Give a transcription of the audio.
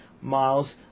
Miles